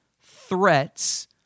threats